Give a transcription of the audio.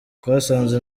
twasanze